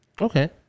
Okay